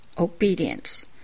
Obedience